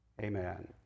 Amen